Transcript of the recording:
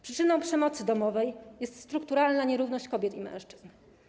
Przyczyną przemocy domowej jest strukturalna nierówność kobiet i mężczyzn.